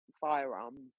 firearms